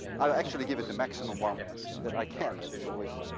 i'll actually give it the maximum one that i can. that is always